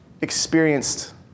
experienced